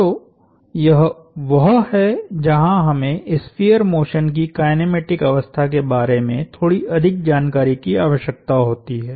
तो यह वह है जहाँ हमें स्फीयर मोशन की काइनेमेटिक अवस्था के बारे में थोड़ी अधिक जानकारी की आवश्यकता होती है